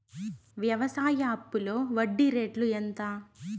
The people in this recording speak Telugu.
వ్యవసాయ అప్పులో వడ్డీ రేట్లు ఎంత?